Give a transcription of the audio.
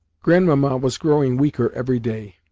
grandmamma was growing weaker every day.